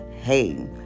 hey